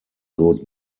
good